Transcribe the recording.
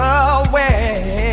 away